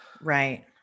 right